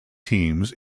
teams